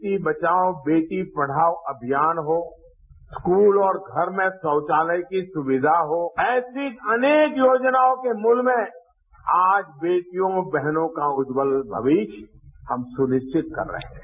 बेटी बचाओ बेटी पढ़ाओ अभियान हो स्कूल और घर में शौचालय के सुविधा हो ऐसी योजनाओं के मूल में आज बेटियों बहनों का उज्जवल भविष्य हम सुनिश्चित कर रहे हैं